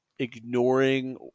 ignoring